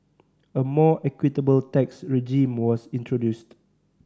a more equitable tax regime was introduced